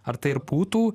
ar tai ir būtų